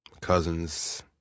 cousins